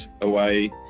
away